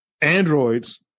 androids